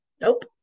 nope